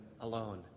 alone